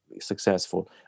successful